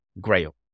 grail